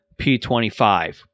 P25